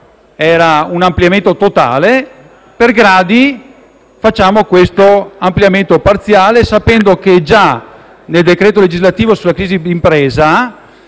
era un ampliamento totale; noi facciamo un ampliamento parziale, per gradi, sapendo che già nel decreto legislativo sulla crisi d'impresa